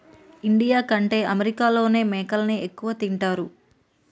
India కంటే అమెరికాలోనే మేకలని ఎక్కువ తింటారు